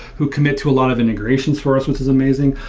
who commit to a lot of integrations for us, which is amazing,